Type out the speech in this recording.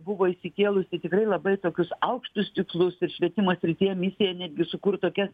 buvo išsikėlusi tikrai labai tokius aukštus tikslus ir švietimo srityje misija netgi sukurt tokias